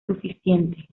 suficiente